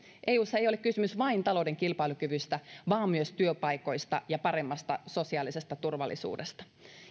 eussa ei ole kysymys vain talouden kilpailukyvystä vaan myös työpaikoista ja paremmasta sosiaalisesta turvallisuudesta